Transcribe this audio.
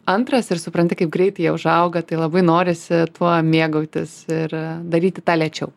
antras ir supranti kaip greit jie užauga tai labai norisi tuo mėgautis ir daryti tą lėčiau